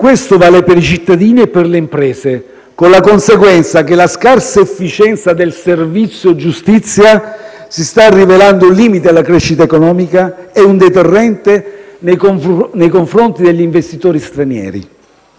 Questo vale per i cittadini e per le imprese, con la conseguenza che la scarsa efficienza del servizio giustizia si sta rivelando un limite alla crescita economica e un deterrente nei confronti degli investitori stranieri.